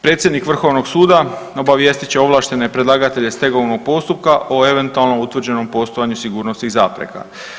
Predsjednik Vrhovnog suda obavijestit će ovlaštene predlagatelje stegovnog postupka o eventualno utvrđenom postojanju sigurnosnih zapreka.